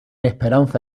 esperanza